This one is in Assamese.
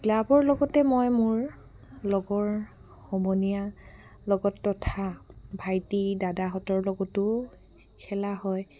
ক্লাবৰ লগতে মই মোৰ লগৰ সমনীয়াৰ লগত তথা ভাইটি দাদাহঁতৰ লগতো খেলা হয়